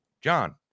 John